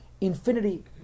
Infinity